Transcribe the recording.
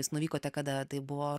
jūs nuvykote kada tai buvo